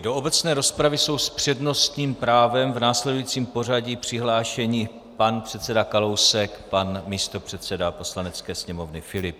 Do obecné rozpravy jsou s přednostním právem v následujícím pořadí přihlášení pan poslanec Kalousek, pan místopředseda Poslanecké sněmovny Filip.